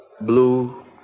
Blue